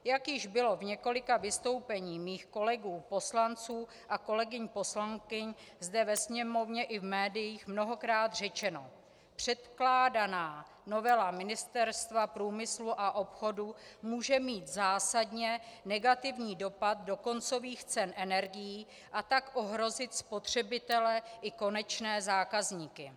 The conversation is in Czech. Jak již bylo v několika vystoupeních mých kolegů poslanců a kolegyň poslankyň zde ve sněmovně i v médiích mnohokrát řečeno, předkládaná novela Ministerstva průmyslu a obchodu může mít zásadně negativní dopad do koncových cen energií, a tak ohrozit spotřebitele i konečné zákazníky.